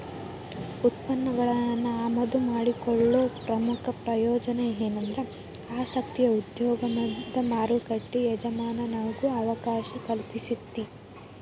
ಉತ್ಪನ್ನಗಳನ್ನ ಆಮದು ಮಾಡಿಕೊಳ್ಳೊ ಪ್ರಮುಖ ಪ್ರಯೋಜನ ಎನಂದ್ರ ಆಸಕ್ತಿಯ ಉದ್ಯಮದಾಗ ಮಾರುಕಟ್ಟಿ ಎಜಮಾನಾಗೊ ಅವಕಾಶ ಕಲ್ಪಿಸ್ತೆತಿ